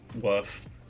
worth